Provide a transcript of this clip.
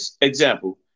example